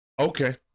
Okay